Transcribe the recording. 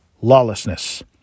Lawlessness